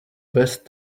best